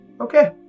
okay